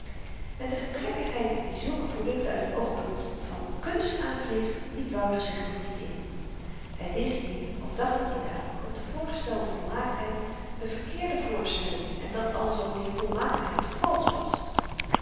met de gebrekkigheid die zulke produkten uit n oogpunt van kunst aankleeft liet wouter zich nog niet in hy wist niet of dacht er niet aan dat de voorgestelde volmaaktheid n verkeerde voorstelling en dat alzoo die volmaaktheid valsch was